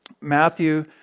Matthew